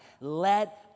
let